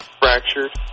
fractured